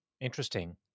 Interesting